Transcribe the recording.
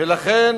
ולכן